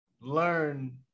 learn